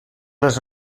les